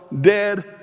dead